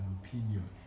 opinion